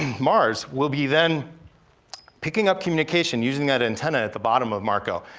mars, we'll be then picking up communication using that antenna at the bottom of marco.